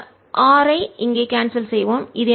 இந்த R I இங்கே cancel செய்வோம்